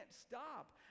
stop